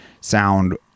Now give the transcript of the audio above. sound